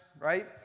right